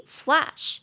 flash